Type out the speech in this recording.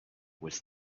was